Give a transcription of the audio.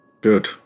Good